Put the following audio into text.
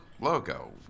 Logo